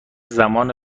زمان